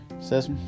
says